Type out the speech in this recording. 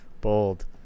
Bold